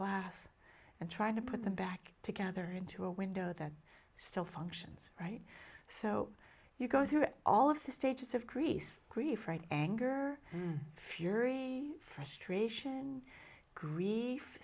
glass and trying to put them back together into a window that still functions right so you go through all of the stages of grief grief anger fury frustration grief